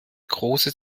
große